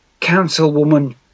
Councilwoman